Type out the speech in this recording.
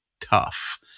tough